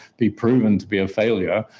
be proven to be a failure,